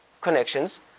connections